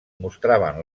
mostraven